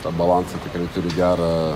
tą balansą tikrai turi gerą